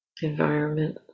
environment